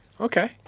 Okay